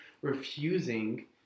refusing